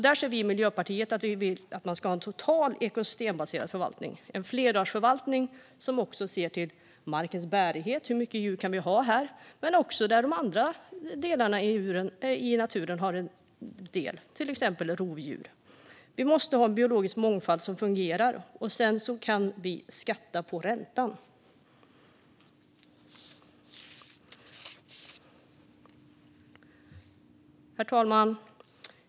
Där anser vi i Miljöpartiet att det ska vara en total ekosystembaserad förvaltning. Det ska vara en flerartsförvaltning som också ser till markens bärighet, hur många djur som kan vara där, och även andra djur ska vara en del, till exempel rovdjur. Det måste vara en fungerande biologisk mångfald. Sedan kan vi skatta på räntan. Herr talman!